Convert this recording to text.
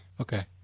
Okay